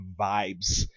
vibes